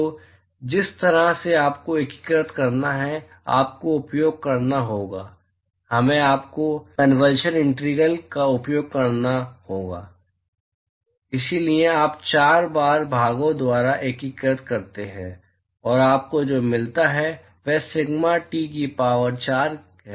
तो जिस तरह से आपको एकीकृत करना है आपको उपयोग करना होगा हमें आपको कनवल्शन इंटीग्रल का उपयोग करना होगा इसलिए आप 4 बार भागों द्वारा एकीकरण करते हैं और आपको जो मिलता है वह सिग्मा टी से 4 की शक्ति है